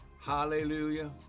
Hallelujah